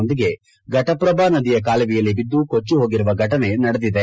ನೊಂದಿಗೆ ಫಟಪ್ರಭಾ ನದಿಯ ಕಾಲುವೆಯಲ್ಲಿ ಬಿದ್ದು ಕೊಚ್ಚಿ ಹೋಗಿರುವ ಫಟನೆ ನಡೆದಿದೆ